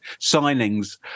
signings